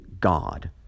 God